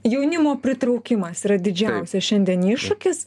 jaunimo pritraukimas yra didžiausia šiandien iššūkis